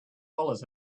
dollars